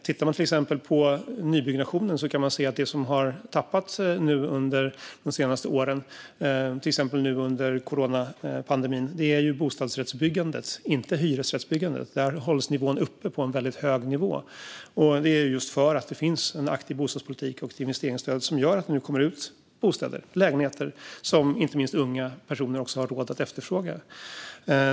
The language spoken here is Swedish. Tittar man till exempel på nybyggnationen kan man se att det som har tappats under de senaste åren, till exempel nu under coronapandemin, är bostadsrättsbyggandet och inte hyresrättsbyggandet. Där hålls byggandet uppe på en väldigt hög nivå. Det är för att det finns en aktiv bostadspolitik och ett investeringsstöd som gör att det nu kommer ut bostäder, lägenheter, som inte minst unga personer har råd att efterfråga.